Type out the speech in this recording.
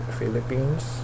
Philippines